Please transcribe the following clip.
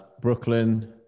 brooklyn